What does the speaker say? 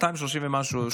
230 ומשהו שנות עצמאות.